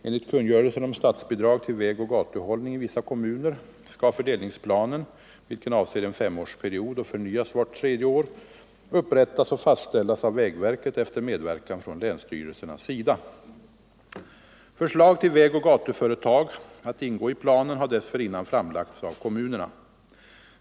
Enligt kungörelsen om statsbidrag till vägoch gatuhållning i vissa kommuner skall fördelningsplanen, vilken avser en femårsperiod och förnyas vart tredje år, upprättas och fastställas av vägverket efter medverkan från länsstyrelsernas sida. Förslag till vägoch gatuföretag att ingå i planen har dessförinnan framlagts av kommunerna.